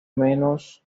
menos